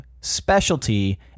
specialty